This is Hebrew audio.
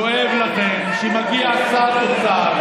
כואב לכם שמגיע שר אוצר,